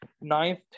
ninth